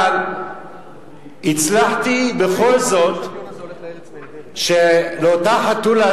אבל הצלחתי בכל זאת שלאותה חתולה,